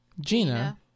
Gina